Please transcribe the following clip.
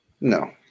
No